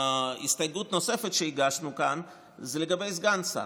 הסתייגות נוספת שהגשנו כאן זה לגבי סגן שר.